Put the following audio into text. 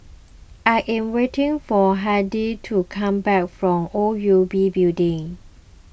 I am waiting for Hardie to come back from O U B Building